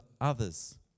others